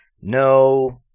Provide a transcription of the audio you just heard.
no